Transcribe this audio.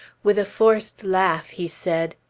with a forced laugh he said,